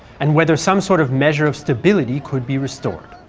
and whether some sort of measure of stability could be restored.